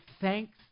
thanks